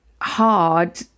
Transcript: hard